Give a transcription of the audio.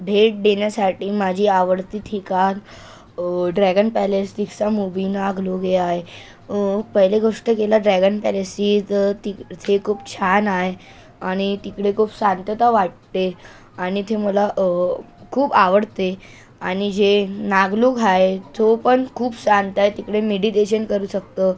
भेट देण्यासाठी माझी आवडती ठिकाण ड्रॅगन पॅलेस दीक्षा मुवि नाग लोग हे आहे पहिले गोष्ट गेल्या ड्रॅगन पॅलेसची तर ती ते खूप छान आहे आणि तिकडे खूप शांतता वाटते आणि ते मला खूप आवडते आणि जे नाग लोग आहे तो पण खूप शांत आहे तिकडं मेडिटेशन करू शकतो